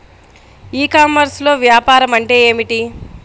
ఈ కామర్స్లో వ్యాపారం అంటే ఏమిటి?